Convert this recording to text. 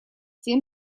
тем